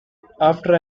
after